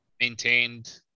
maintained